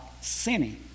sinning